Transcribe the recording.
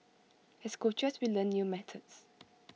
as coaches we learn new methods